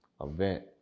event